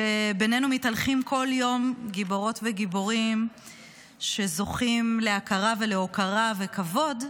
שבינינו מתהלכים כל יום גיבורות וגיבורים שזוכים להכרה ולהוקרה וכבוד,